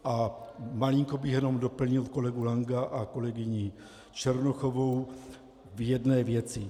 A malinko bych jenom doplnil kolegu Lanka a kolegyni Černochovou v jedné věci.